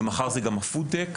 ומחר זה גם ב-foodtech,